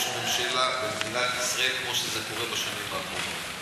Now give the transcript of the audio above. ממשלה במדינת ישראל כמו שזה קורה בשנים האחרונות.